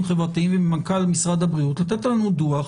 חברתיים וממנכ"ל משרד הבריאות לתת לנו דוח